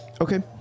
Okay